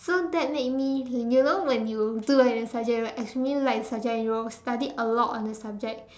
soon that made me you know when you do well in a subject right as mean you like the subject you will study a lot on the subject